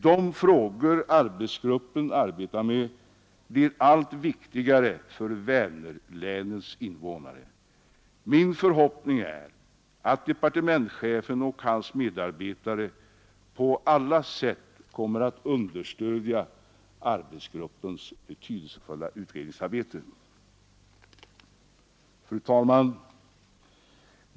De frågor arbetsgruppen arbetar med blir nämligen allt viktigare för Vänerlänens invånare. Därför är det min förhoppning att departementschefen och hans medarbetare på alla sätt kommer att understödja arbetsgruppens betydelsefulla utredningsarbete. Fru talman!